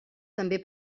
també